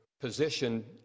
position